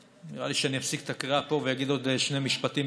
נראה לי שאני אפסיק את הקריאה פה ואגיד עוד שני משפטים,